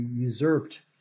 usurped